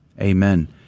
Amen